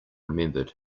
remembered